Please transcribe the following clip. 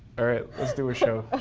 all right, let's do a show,